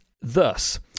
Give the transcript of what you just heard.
thus